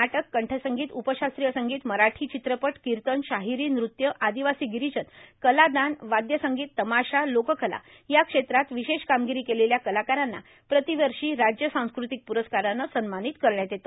नाटक कंठसंगीत उपशास्त्रीय संगीत मराठी चित्रपट किर्तन शाहिरी नृत्य आदिवासी गिरीजन कलादान वाद्यसंगत तमाशा लोककला या क्षेत्रात विशेष कामगिरी केलेल्या कलाकारांना प्रतिवर्षी राज्य सांस्कृतिक प्रस्कारानं सन्मानित करण्यात येते